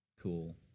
Cool